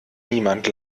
niemand